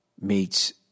meets